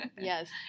Yes